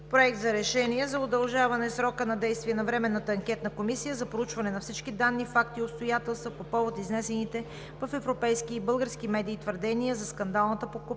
„Проект! РЕШЕНИЕ за удължаване срока на действие на Временната анкетна комисия за проучване на всички данни, факти и обстоятелства по повод изнесените в европейски и български медии твърдения за скандалната подкупна